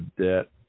Debt